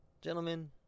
Gentlemen